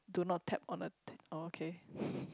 do not tap on the th~ oh okay